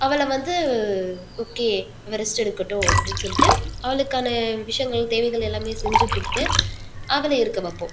அவளை வந்து ஓகே இவள் ரெஸ்ட் எடுக்கட்டும் அப்படின்னு சொல்லிட்டு அவளுக்கான விஷயங்கள் தேவைகள் எல்லாமே செஞ்சுக் கொடுத்து அவளை இருக்க வைப்போம்